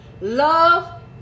Love